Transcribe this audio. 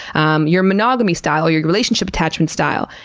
um your monogamy style, your relationship attachment style,